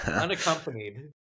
Unaccompanied